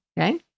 okay